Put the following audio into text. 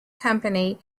company